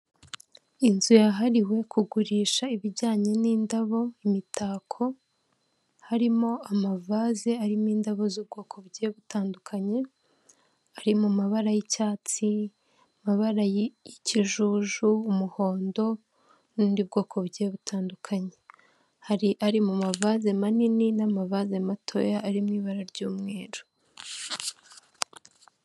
Inzu yahariwe kugurisha ibijyanye n'indabo, imitako harimo amavase, harimo indabo z'ubwoko bugiye butandukanye, ari mu mabara y'icyatsi, amabara y'ikijuju, umuhondo n'ubundi bwoko bugiye butandukanye, hari ari mu mavase manini n'amavaze matoya ari mu ibara ry'umweru.